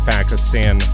Pakistan